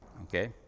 Okay